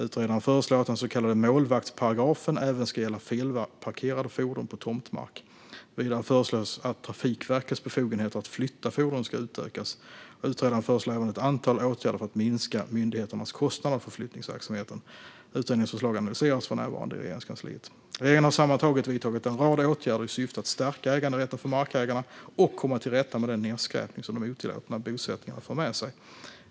Utredaren föreslår att den så kallade målvaktsparagrafen även ska gälla felparkerade fordon på tomtmark. Vidare föreslås att Trafikverkets befogenheter att flytta fordon ska utökas. Utredaren föreslår även ett antal åtgärder för att minska myndigheternas kostnader för flyttningsverksamheten. Utredningens förslag analyseras för närvarande i Regeringskansliet. Regeringen har sammantaget vidtagit en rad åtgärder i syfte att stärka äganderätten för markägarna och komma till rätta med den nedskräpning som de otillåtna bosättningarna för med sig.